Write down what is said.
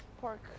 pork